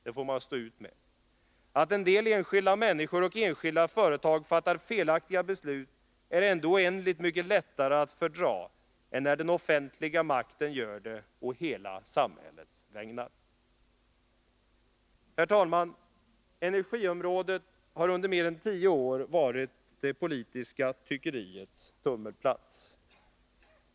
Det får man stå ut med. Att en del enskilda människor och enskilda företag fattar felaktiga beslut är ändå oändligt mycket lättare att fördra än när den offentliga makten gör det å hela samhällets vägnar. Herr talman! Energiområdet har under mer än tio år varit det politiska tyckeriets tummelplats.